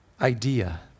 idea